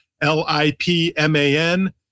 L-I-P-M-A-N